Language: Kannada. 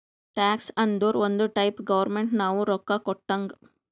ಟ್ಯಾಕ್ಸ್ ಅಂದುರ್ ಒಂದ್ ಟೈಪ್ ಗೌರ್ಮೆಂಟ್ ನಾವು ರೊಕ್ಕಾ ಕೊಟ್ಟಂಗ್